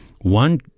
one